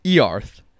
Earth